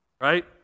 Right